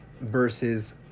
versus